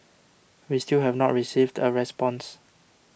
we still have not received a response